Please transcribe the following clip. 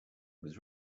was